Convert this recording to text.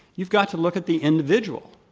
you've got to look at the individual.